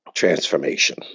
Transformation